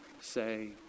say